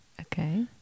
Okay